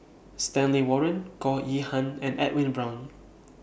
Stanley Warren Goh Yihan and Edwin Brown